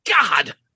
God